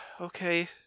Okay